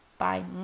Bye